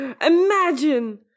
Imagine